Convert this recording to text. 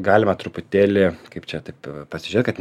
galima truputėlį kaip čia taip pasižiūrėt kad